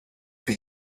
for